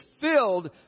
filled